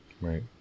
Right